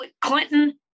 Clinton